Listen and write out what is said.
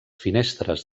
finestres